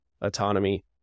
autonomy